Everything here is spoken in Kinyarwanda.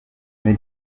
maj